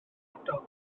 ardal